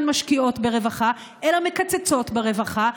משקיעות ברווחה אלא מקצצות ברווחה.